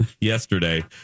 Yesterday